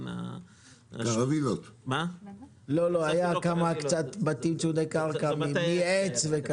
היו שם בתים צמודי קרקע מעץ.